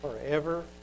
forever